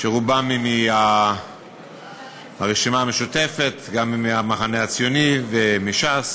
שרובם מהרשימה המשותפת, וגם מהמחנה הציוני ומש"ס,